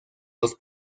dos